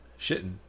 Shitting